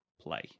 play